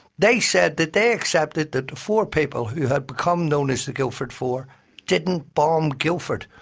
they said that they accepted that four people who had become known as the guildford four didn't bomb guildford.